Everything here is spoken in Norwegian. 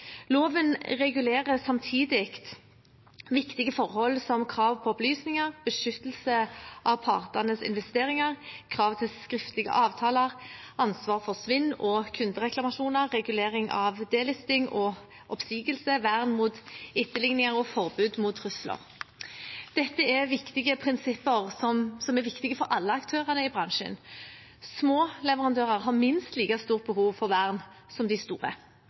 Loven regulerer samtidig viktige forhold som krav på opplysninger, beskyttelse av partenes investeringer, krav til skriftlige avtaler, ansvar for svinn og kundereklamasjoner, regulering av «delisting» og oppsigelse, vern mot etterligninger og forbud mot trusler. Dette er viktige prinsipper for alle aktørene i bransjen. Små leverandører har minst like stort behov for vern som de store.